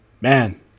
Man